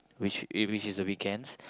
which is which is the weekends